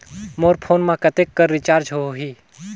मोर phone मा कतेक कर रिचार्ज हो ही?